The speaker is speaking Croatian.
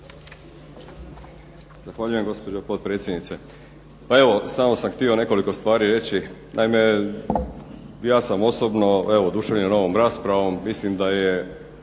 Zahvaljujem gospođo potpredsjednice. Pa evo, samo sam htio nekoliko stvari reći. Naime, ja sam osobno, evo oduševljen ovom raspravom. Mislim da je